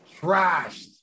Trashed